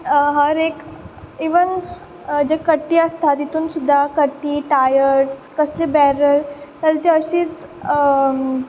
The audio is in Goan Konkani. हर एक इवन जे कट्टी आसता तितून सुद्दां कट्टी टायर कसले बॅरल कारण ते अशींच